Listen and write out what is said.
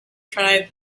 try